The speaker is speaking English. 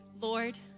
Lord